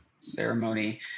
ceremony